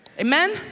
Amen